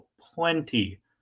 plenty